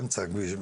באמצע הכביש,